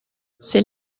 c’est